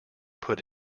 put